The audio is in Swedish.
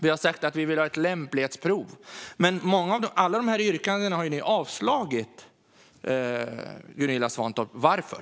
Vi har också sagt att vi vill ha ett lämplighetsprov. Alla dessa yrkanden har ni avslagit, Gunilla Svantorp. Varför?